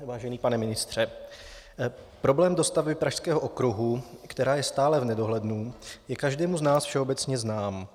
Vážený pane ministře, problém dostavby Pražského okruhu, která je stále v nedohlednu, je každému z nás všeobecně znám.